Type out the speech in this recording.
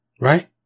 Right